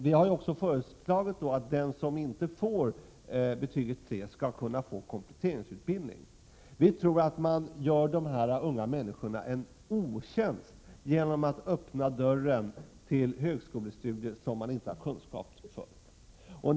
Vi har också föreslagit att den som inte har betyget 3 skall kunna få kompletteringsutbildning. Enligt vår mening gör man dessa unga människor en otjänst genom att öppna dörren till högskolestudier som de inte har förkunskaper för.